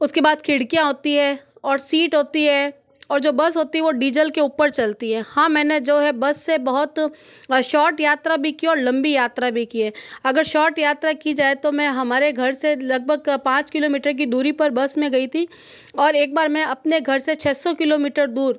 उसके बाद खिड़कियां होती है और सीट होती है और जो बस होती है वो डीजल के ऊपर चलती है हाँ मैंने जो है बस से बहुत शॉर्ट यात्रा भी की और लंबी यात्रा भी की है अगर शॉर्ट यात्रा की जाए तो मैं हमारे घर से लगभग पाँच किलोमीटर की दूरी पर बस में गई थी और एक बार में अपने घर से छः सौ किलोमीटर दूर